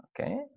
Okay